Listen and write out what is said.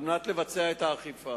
2. על מנת לבצע את האכיפה